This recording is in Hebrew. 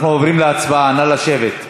אנחנו עוברים להצבעה נא לשבת,